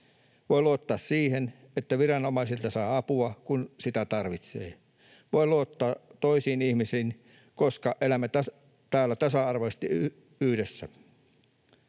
voi luottaa siihen, että viranomaisilta saa apua, kun sitä tarvitsee, voi luottaa toisiin ihmisiin, koska elämme täällä tasa-arvoisesti yhdessä.